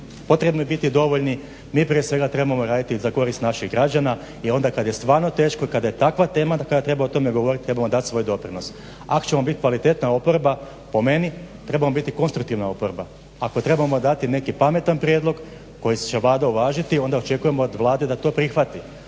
potrebni biti dovoljni. Mi prije svega trebamo raditi za korist naših građana i onda kad je stvarno teško i kada je takva tema koja treba o tome govoriti, trebamo dati svoj doprinos. Ako ćemo biti kvalitetna oporba, po meni trebamo biti konstruktivna oporba, ako trebamo dati neki pametan prijedlog koji će Vlada uvažiti onda očekujemo od Vlade da to prihvati.